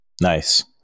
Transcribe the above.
Nice